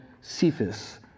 Cephas